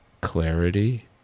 clarity